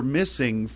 missing